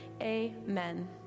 amen